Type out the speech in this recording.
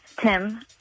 Tim